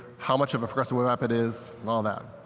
how much of a progressive web app it is. all that.